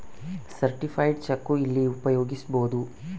Certified cheque ಎಲ್ಲಿ ಉಪಯೋಗಿಸ್ಬೋದು?